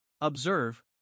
Observe